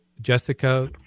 Jessica